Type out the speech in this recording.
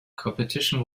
competition